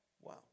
Wow